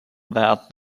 that